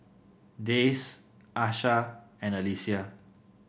Dayse Asha and Alesia